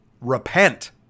repent